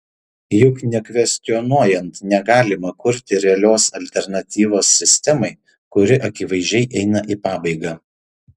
juk nekvestionuojant negalima kurti realios alternatyvos sistemai kuri akivaizdžiai eina į pabaigą